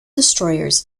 destroyers